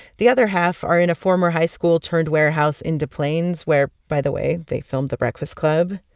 the other half are in a former high-school-turned-warehouse in des plaines, where, by the way, they filmed the breakfast club.